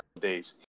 days